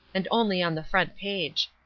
and only on the front page.